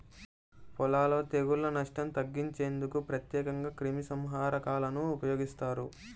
పొలాలలో తెగుళ్ల నష్టం తగ్గించేందుకు ప్రత్యేకంగా క్రిమిసంహారకాలను ఉపయోగిస్తారు